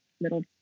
little